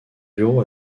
bureau